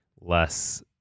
less